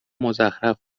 مزخرف